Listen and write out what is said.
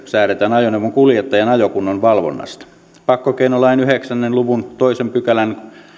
säädetään ajoneuvon kuljettajan ajokunnon valvonnasta pakkokeinolain yhdeksän luvun toisen pykälän